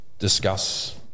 Discuss